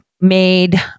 made